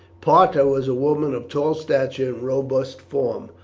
parta was a woman of tall stature robust form.